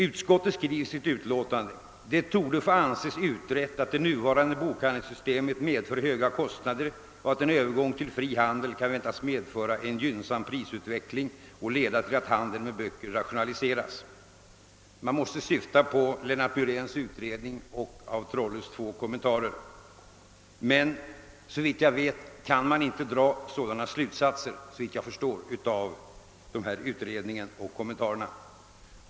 Utskottet skriver i sitt utlåtande: »Det torde få anses utrett att det nuvarande bokhandelssystemet medför höga kostnader och att en övergång till fri handel kan väntas medföra en gynnsam prisutveckling och leda till att handeln med böcker rationaliseras.» Utskottet måste syfta på Lennart Myréns utredning och af Trolles två utlåtanden, men såvitt jag förstår kan man inte dra sådana slutsatser av utredningen och utlåtandena.